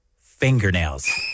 fingernails